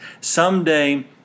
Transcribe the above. Someday